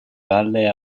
valle